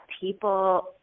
people